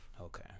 okay